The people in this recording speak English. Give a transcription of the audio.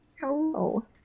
Hello